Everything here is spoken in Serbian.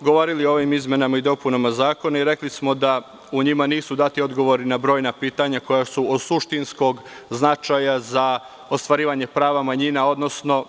Govorili smo o ovim izmenama i dopunama zakona i rekli smo da u njima nisu dati odgovori na brojna pitanja koja su od suštinskog značaja za ostvarivanje prava manjina, odnosno